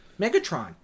Megatron